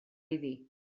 iddi